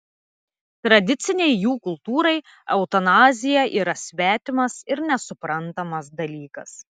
tradicinei jų kultūrai eutanazija yra svetimas ir nesuprantamas dalykas